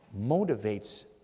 motivates